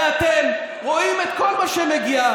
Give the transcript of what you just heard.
ואתם, רואים את כל מה שמגיע.